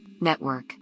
network